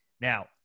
Now